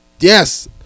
Yes